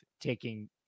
taking